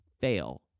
fail